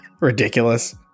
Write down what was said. Ridiculous